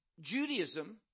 Judaism